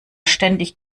ständig